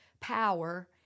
power